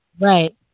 Right